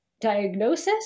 diagnosis